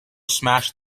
smash